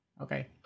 okay